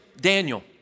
Daniel